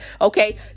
Okay